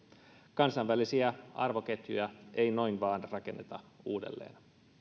kansainvälisiä arvoketjuja ei noin vain rakenneta uudelleen